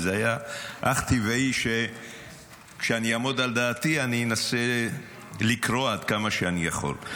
והיה אך טבעי שכשאעמוד על דעתי אני אנסה לקרוא עד כמה שאני יכול.